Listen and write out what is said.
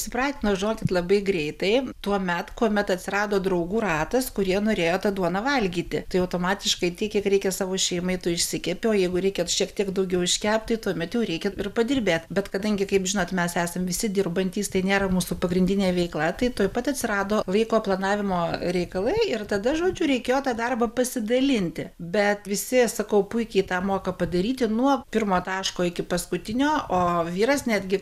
įsipratino žinokit labai greitai tuomet kuomet atsirado draugų ratas kurie norėjo tą duoną valgyti tai automatiškai tiek kiek reikia savo šeimai tu išsikepi o jeigu reikia šiek tiek daugiau iškepti tuomet jau reikia ir padirbėt bet kadangi kaip žinot mes esam visi dirbantys tai nėra mūsų pagrindinė veikla tai tuoj pat atsirado laiko planavimo reikalai ir tada žodžiu reikėjo tą darbą pasidalinti bet visi sakau puikiai tą moka padaryti nuo pirmo taško iki paskutinio o vyras netgi